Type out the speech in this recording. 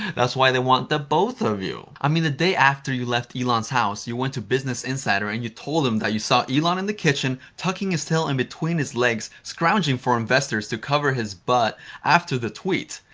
that's why they want the both of you. i mean, the day after you left elon's house you went to business insider and you told them that you saw elon in the kitchen, tucking his tail in between his legs scrounging for investors to cover his butt after the tweet.